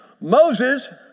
Moses